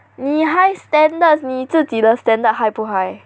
你 high standards 你自己的 standard high 不 high